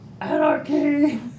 Anarchy